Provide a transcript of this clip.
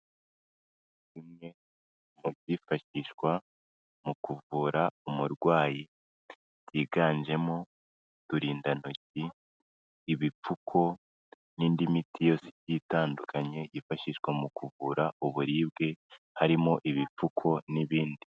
Bimwe mu byifashishwa mu kuvura umurwayi byiganjemo uturindantoki, ibipfuko n'indi miti yose igiye itandukanye yifashishwa mu kuvura uburibwe harimo ibipfuko n'ibindi.